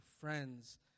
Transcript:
friends